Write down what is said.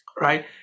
right